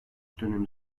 dönemi